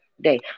day